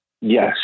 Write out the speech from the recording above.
Yes